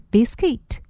Biscuit，